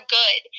good